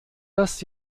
das